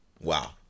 wow